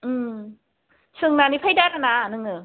सोंनानै फायदो आरो ना नोङो